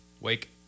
Wake